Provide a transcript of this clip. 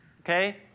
okay